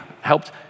helped